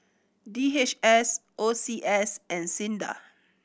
D H S O C S and SINDA